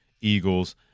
Eagles